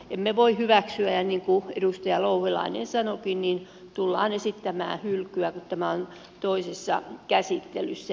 emme voi tätä hyväksyä ja niin kuin edustaja louhelainen sanoikin tulemme esittämään hylkyä kun tämä on toisessa käsittelyssä